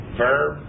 verb